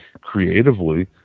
creatively